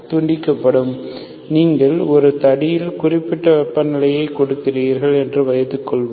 துண்டிக்கப்படும் நீங்கள் ஒரு தடியில் குறிப்பிட்ட வெப்பநிலையை கொடுக்கிறீர்கள் என்று வைத்துக்கொள்வோம்